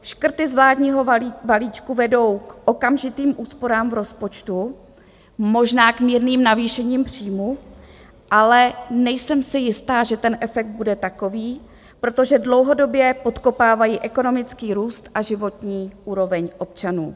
Škrty z vládního balíčku vedou k okamžitým úsporám v rozpočtu, možná k mírným navýšením příjmů, ale nejsem si jistá, že ten efekt bude takový, protože dlouhodobě podkopávají ekonomický růst a životní úroveň občanů.